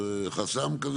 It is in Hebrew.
חסם?